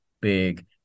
big